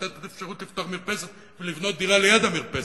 לתת אפשרות לפתוח מרפסת ולבנות דירה ליד המרפסת.